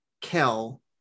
kel